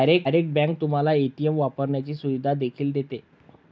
direct bank तुम्हाला ATM वापरण्याची सुविधा देखील देते